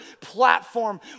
platform